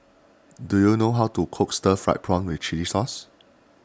do you know how to cook Stir Fried Prawn with Chili Sauce